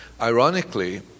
Ironically